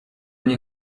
nie